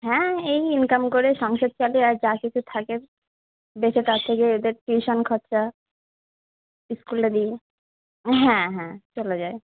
হ্যাঁ এই ইনকাম করে সংসার চলে আর যা কিছু থাকে বেঁচে তার থেকে ওদের টিউশন খরচা ইস্কুলে দিই হ্যাঁ হ্যাঁ চলে যায়